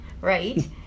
right